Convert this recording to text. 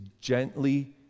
gently